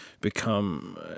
become –